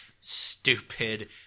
stupid